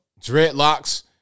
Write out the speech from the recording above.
dreadlocks